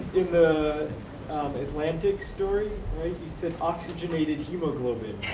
the the atlantic story, you said oxygenated hemoglobin.